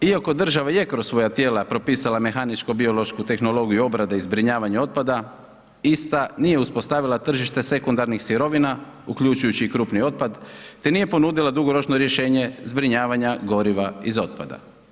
Iako država je kroz svoja tijela propisala mehaničko-biološku tehnologiju obrade i zbrinjavanja otpada, ista nije uspostavila tržište sekundarnih sirovina uključujući i krupni otpad te nije ponudila dugoročno rješenje zbrinjavanja goriva iz otpada.